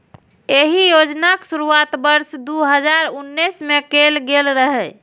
एहि योजनाक शुरुआत वर्ष दू हजार उन्नैस मे कैल गेल रहै